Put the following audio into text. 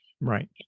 right